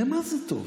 למה זה טוב?